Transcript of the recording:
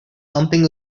something